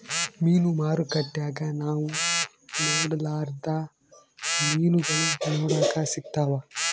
ಮೀನು ಮಾರುಕಟ್ಟೆಗ ನಾವು ನೊಡರ್ಲಾದ ಮೀನುಗಳು ನೋಡಕ ಸಿಕ್ತವಾ